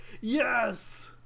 Yes